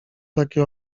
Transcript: takie